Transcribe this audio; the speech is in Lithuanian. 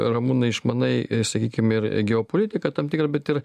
ramūnai išmanai sakykim ir geopolitiką tam tikrą bet ir